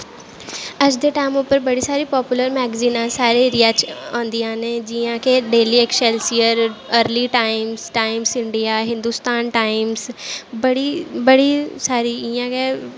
अज्ज दे टैम उप्पर बड़ी सारी पॉपुलर मैगजीनां साढ़े एरिया च आंदियां न जि'यां के Daily Excelsior Early Times Times India Hindustan Times बड़ी बड़ी सारी इ'यां गै